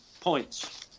points